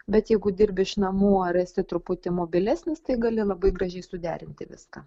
bet jeigu dirbi iš namų ar esi truputį mobilesnis tai gali labai gražiai suderinti viską